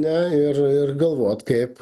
ne ir ir galvot kaip